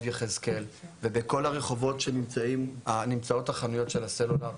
יחזקאל ובכל הרחובות שנמצאות החנויות של הסלולר,